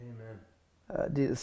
Amen